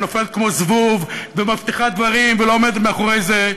ונופלת כמו זבוב ומבטיחה דברים ולא עומדת מאחורי זה.